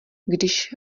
když